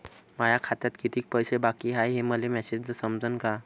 माया खात्यात कितीक पैसे बाकी हाय हे मले मॅसेजन समजनं का?